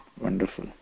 Wonderful